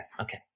okay